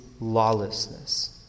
lawlessness